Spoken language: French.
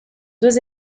deux